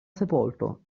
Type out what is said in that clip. sepolto